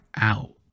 out